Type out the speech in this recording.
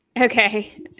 Okay